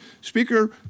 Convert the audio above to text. Speaker